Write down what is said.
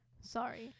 Sorry